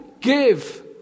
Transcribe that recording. give